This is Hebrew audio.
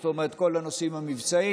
זאת אומרת: כל הנושאים המבצעיים,